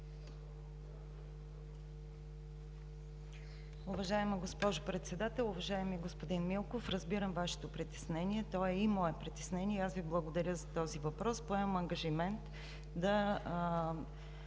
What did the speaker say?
Уважаема госпожо Председател! Уважаеми господин Милков, разбирам Вашето притеснение – то е и мое притеснение. Благодаря Ви за този въпрос. Поемам ангажимент да